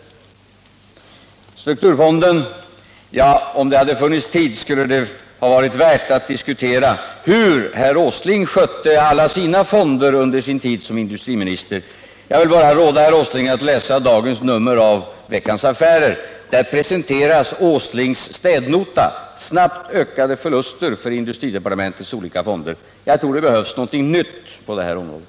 När det gäller strukturfonden skulle det, om det hade funnits tid, ha varit värt att diskutera hur herr Åsling skötte alla sina fonder under sin tid som industriminister. Jag vill bara råda herr Åsling att läsa senaste numret av Veckans Affärer. Där presenteras Nils Åslings städnota: snabbt ökade förluster för industridepartementets olika fonder. Jag tror att det behövs någonting nytt på det området.